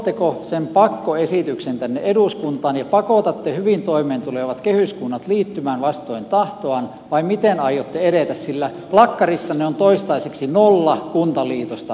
tuotteko sen pakkoesityksen tänne eduskuntaan ja pakotatte hyvin toimeentulevat kehyskunnat liittymään vastoin tahtoaan vai miten aiotte edetä sillä plakkarissanne on toistaiseksi nolla kuntaliitosta tällä kaudella